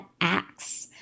acts